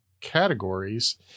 categories